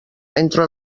entre